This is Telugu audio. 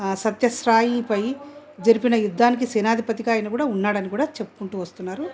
సత్యశ్రాయిపై జరిపిన యుద్ధానికి సేనాధిపతిగా ఆయన కూడా ఉన్నాడు అని కూడా చెప్పుకుంటూ వస్తున్నారు